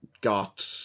got